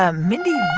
ah mindy,